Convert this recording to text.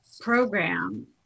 program